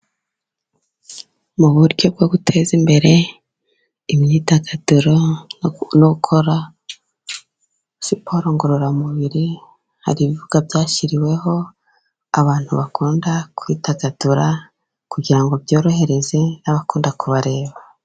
Mu buryo bwo guteza imbere imyidagaduro, no gukora siporo ngororamubiri, hari ibibuga byashyiriweho abantu bakunda kwidagadura, kugira ngo byorohereze n'abakunda kubareba.